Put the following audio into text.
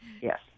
Yes